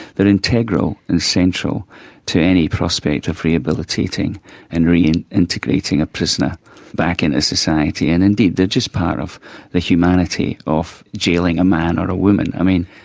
they are integral, essential to any prospect of rehabilitating and reintegrating a prisoner back in a society. and indeed, they are just part of the humanity of jailing a man or a woman. i mean,